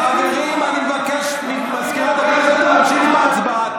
חברים, אני מבקש ממזכירת הכנסת להמשיך בהצבעה.